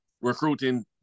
recruiting